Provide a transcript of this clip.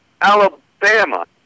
Alabama